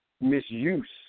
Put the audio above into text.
misuse